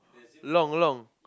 long long